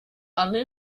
alle